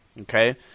Okay